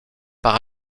par